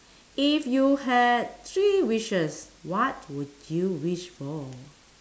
if you had three wishes what would you wish for